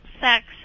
sex